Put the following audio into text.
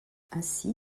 ainsi